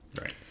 Right